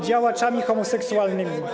działaczami homoseksualnymi.